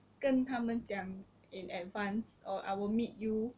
跟他们讲 in advance or I will meet you